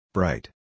Bright